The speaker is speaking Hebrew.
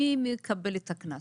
מי מקבל את הקנס?